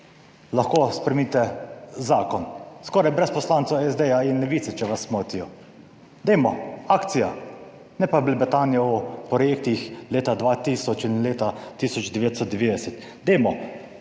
lahko spremenite zakon, skoraj brez poslancev SD in Levice. Če vas motijo, dajmo, akcija, ne pa blebetanje o projektih leta 2000 in leta 1990. Dajmo